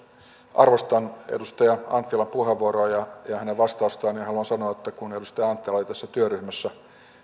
arvostan edustaja anttilan puheenvuoroa ja ja hänen vastaustaan ja haluan sanoa että kun edustaja anttila oli tässä työryhmässä